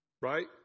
right